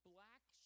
black